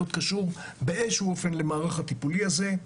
קשור באיזשהו אופן למערך הטיפולי הזה.